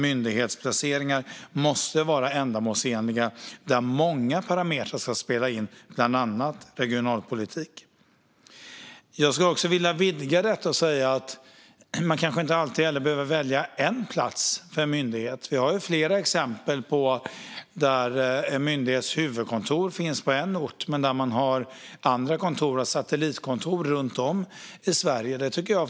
Myndighetsplaceringar måste vara ändamålsenliga, och där ska många parametrar spela roll, bland annat regionalpolitik. Jag vill vidga detta något. Man kanske inte alltid behöver välja en enda plats för en myndighet. Vi har flera exempel på att en myndighets huvudkontor finns på en ort, medan andra kontor, satellitkontor, finns runt om i landet.